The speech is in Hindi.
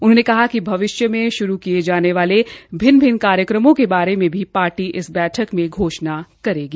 उन्होंने कहा कि भविष्य में श्रू किये जाने वाले भिन्न भिन्न कार्यक्रमों के बारे में पार्टी इस बैठक में घोषणा करेगी